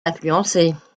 influencer